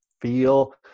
feel